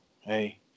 Hey